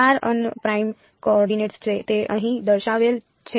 r unprimed coordinates તે અહીં દર્શાવેલ છે